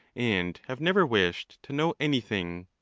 and have never wished to know anything.